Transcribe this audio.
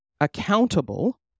accountable